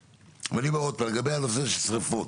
לגבי הנושא של שריפות